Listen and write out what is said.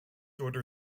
order